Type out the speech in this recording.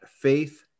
Faith